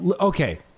okay